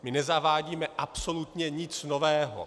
My nezavádíme absolutně nic nového.